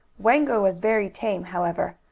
wango was very tame, however.